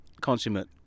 consummate